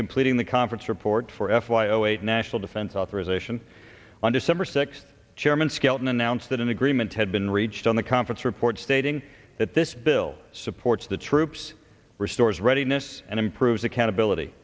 completing the conference report for f y o eight national defense authorization on december sixth chairman skelton announced that an agreement had been reached on the conference report stating that this bill supports the troops restores readiness and improves accountability